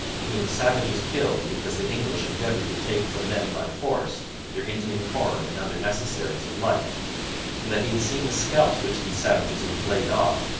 and whom the savages killed because the english endeavoured to take from them by force their indian corn and other necessaries of life and that he had seen the scalps which these savages had flayed off,